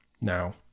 Now